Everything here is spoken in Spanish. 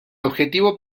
objetivo